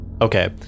okay